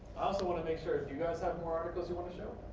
also want to make sure, do you guys have more articles you want to show?